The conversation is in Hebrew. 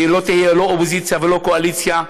ולא תהיה לא אופוזיציה ולא קואליציה,